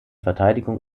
verteidigung